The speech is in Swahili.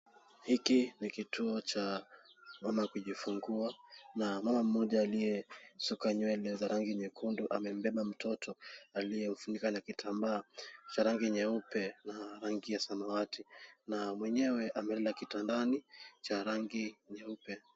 Hiki ni kituo cha wamama kujifungua, na mama mmoja aliyesuka nywele za rangi nyekundu amembeba mtoto aliyemfunika na kitambaa cha rangi nyeupe na rangi ya samawati na mwenyewe amelala kitandani cha rangi nyeupe.